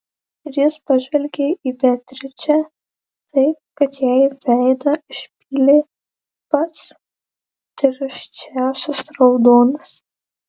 ir jis pažvelgė į beatričę taip kad jai veidą išpylė pats tirščiausias raudonis